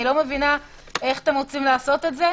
אני לא מבינה איך אתם רוצים לעשות את זה.